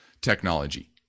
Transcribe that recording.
technology